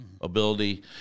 ability